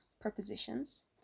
Prepositions